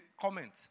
comment